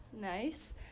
Nice